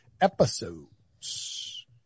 episodes